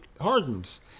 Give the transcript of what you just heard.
hardens